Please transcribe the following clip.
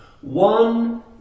one